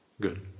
Good